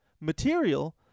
material